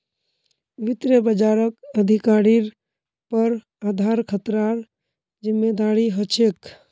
वित्त बाजारक अधिकारिर पर आधार खतरार जिम्मादारी ह छेक